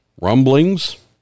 rumblings